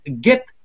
get